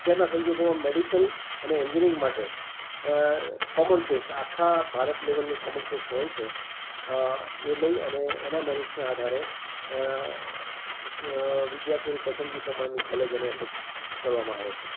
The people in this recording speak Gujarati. અત્યારના સંજોગોમાં મેડિકલ અને એંજીન્યરિંગ માટે કોમન ટેસ્ટ આખા ભારત લેવલની કોમન ટેસ્ટ હોય છે એ લઈ અને એના મેરીટસના આધારે વિધાર્થીઓની પસંદગી પ્રમાણેની કોલેજ એને એલોટ કરવામાં આવે છે